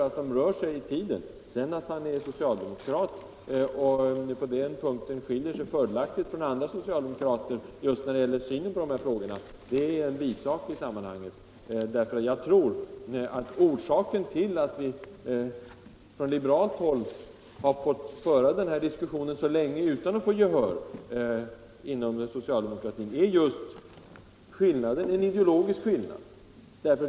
Att han sedan är socialdemokrat, och skiljer sig fördelaktigt från andra socialdemokrater när det gäller synen på dessa frågor, är en bisak i sammanhanget. Jag tror att orsaken till att vi från liberalt håll har fått föra denna diskussion så länge utan att vinna gehör inom socialdemokratin är just en ideologisk skillnad.